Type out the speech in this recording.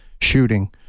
shooting